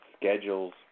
schedules